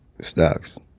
Stocks